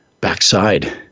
backside